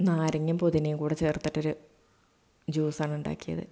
നാരങ്ങയും പുതിനയും കൂടെ ചേർത്തിട്ടൊരു ജ്യൂസ് ആണ് ഉണ്ടാക്കിയത്